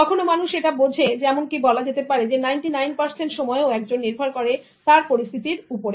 কখনো মানুষ এটা বোঝে এমনকি বলা যেতে পারে 99 পারসেন্ট সময়ে এবং একজন নির্ভর করে তার পরিস্থিতির উপরে